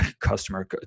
customer